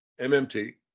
MMT